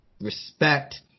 respect